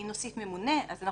אם נוסיף ממונה, אנחנו